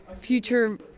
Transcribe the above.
future